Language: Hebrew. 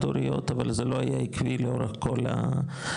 הוריות אבל זה לא היה עקבי לאורך כל הטבלה.